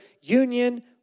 union